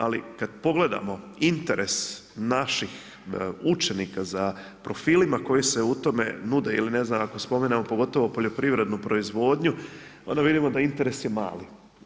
Ali, kad pogledamo interes naših učenika za profilima koji se u tome nude ili ne znam, ako spomenemo pogotovo poljoprivrednu proizvodnju, onda vidimo da interes je mali.